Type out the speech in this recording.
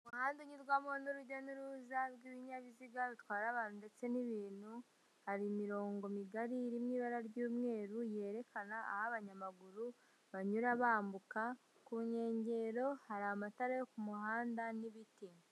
Umuhanda unyurwamo n'urujya n'uruza rw'ibinyabiziga bitwara abantu ndetse n'ibintu, hari imirongo migari irimo ibara ry'umweru yerekana aho abanyamaguru banyura bambuka, ku nkengero hari amatara yo ku muhanda n'ibiti.